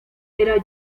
era